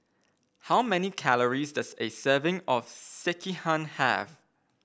how many calories does a serving of Sekihan have